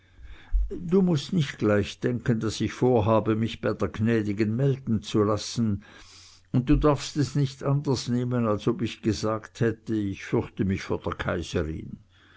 du mußt nicht gleich denken daß ich vorhabe mich bei der gnädigen melden zu lassen und darfst es nicht anders nehmen als ob ich gesagt hätte ich fürchte mich vor der kaiserin